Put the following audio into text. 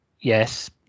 yes